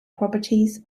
properties